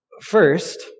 First